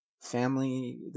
family